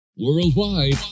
Worldwide